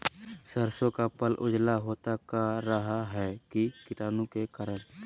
सरसो का पल उजला होता का रहा है की कीटाणु के करण?